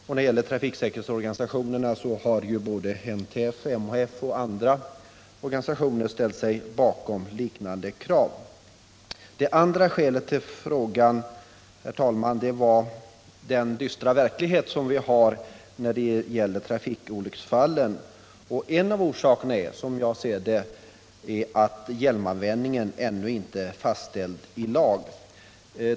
När det gäller trafiksäkerhetsorganisationerna har NTF, MHF och andra organisationer ställt sig bakom liknande krav. Den andra orsaken till min fråga är den dystra verklighet vi har på trafikolycksfallens område. En av orsakerna är, som jag ser det, att hjälmanvändning ännu inte har fastställts i lag.